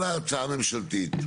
כל ההצעה הממשלתית,